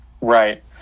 right